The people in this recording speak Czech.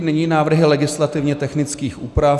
Nyní návrhy legislativně technických úprav.